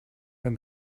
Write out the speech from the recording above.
then